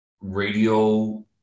radio